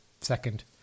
second